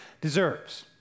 deserves